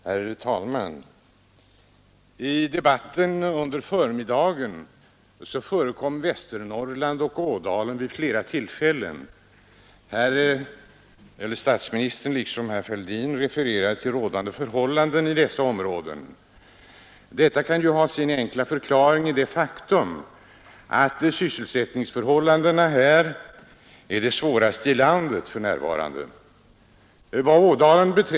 Herr talman! I debatten under förmiddagen förekom Västernorrland och Ådalen vid flera tillfällen. Statsministern liksom herr Fälldin refererade till rådande förhållanden i dessa områden. Detta kan ju ha sin enkla förklaring i det faktum att sysselsättningsförhållandena där för närvarande är de svåraste i landet.